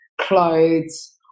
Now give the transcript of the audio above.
clothes